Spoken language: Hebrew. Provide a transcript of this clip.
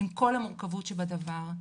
עם כל המורכבות שדבר,